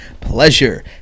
pleasure